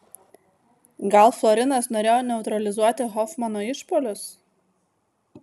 gal florinas norėjo neutralizuoti hofmano išpuolius